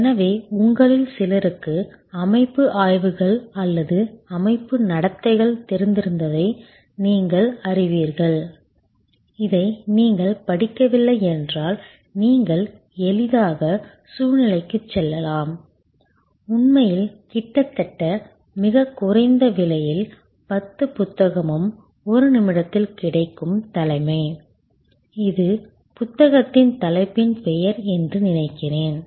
எனவே உங்களில் சிலருக்கு அமைப்பு ஆய்வுகள் அல்லது அமைப்பு நடத்தைகள் தெரிந்திருந்ததை நீங்கள் அறிவீர்கள் இதை நீங்கள் படிக்கவில்லை என்றால் நீங்கள் எளிதாக சூழ்நிலைக்கு செல்லலாம் உண்மையில் கிட்டத்தட்ட மிகக் குறைந்த விலையில் 10 புத்தகமும் ஒரு நிமிடத்தில் கிடைக்கும் தலைமை இது புத்தகத்தின் தலைப்பின் பெயர் என்று நினைக்கிறேன்